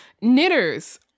knitters